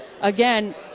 Again